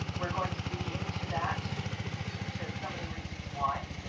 we're going to dig into that to some of the reasons why.